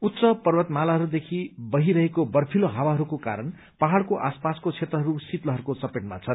उच्च पर्वतमालाहरूदेखि बहिरहेको बर्फिलो हावाहरूको कारण पहाड़को आसपासको क्षेत्रहरू शीतलहरको चपेटमा छन्